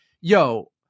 yo